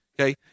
okay